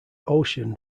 ocean